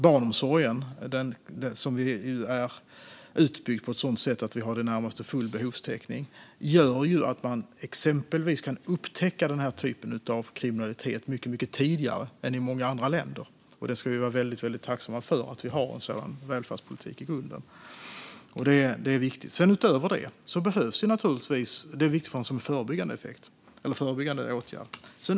Barnomsorgen är utbyggd på ett sådant sätt att vi i det närmaste har full behovstäckning, vilket gör att man exempelvis kan upptäcka den här typen av kriminalitet mycket tidigare än i många andra länder. Vi ska vara väldigt tacksamma för att vi har en sådan välfärdspolitik i grunden. Det är viktigt som en förebyggande åtgärd.